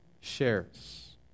shares